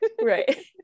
Right